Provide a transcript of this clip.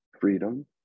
freedom